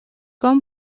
com